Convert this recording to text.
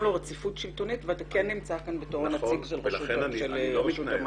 לו רציפות שלטונית ואתה כן נמצא כאן כנציג רשות המים.